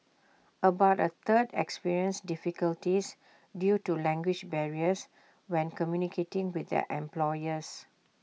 about A third experienced difficulties due to language barriers when communicating with their employers